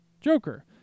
Joker